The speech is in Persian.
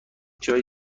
جایی